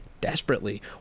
desperately